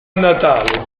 natale